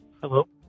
Hello